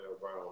Brown